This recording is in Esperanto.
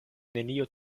nenio